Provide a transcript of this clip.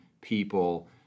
people